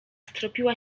stropiła